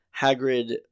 Hagrid